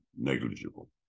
negligible